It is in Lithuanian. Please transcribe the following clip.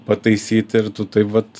pataisyt ir tu taip vat